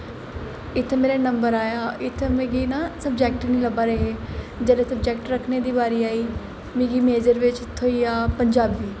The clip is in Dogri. इत्थै मेरे नंबर आया इत्थै मिगी ना सबजैक्ट निं लब्भा दे हे जेह्ड़े सबजैक्ट रक्खने हे बारी आई मिगी मेजर बिच्च थ्होई गेआ पंजाबी